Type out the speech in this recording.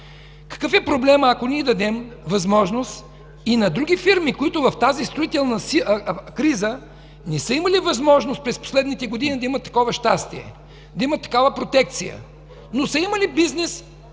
Какъв е проблемът, ако ние дадем възможност и на други фирми, които в тази строителна криза не са имали възможност през последните години да имат такова щастие, да имат такава протекция, но са имали бизнес